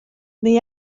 neu